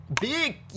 Big